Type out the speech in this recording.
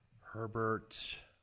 Herbert